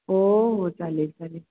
हो हो चालेल चालेल